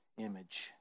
image